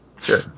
Sure